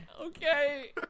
Okay